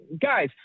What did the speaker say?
Guys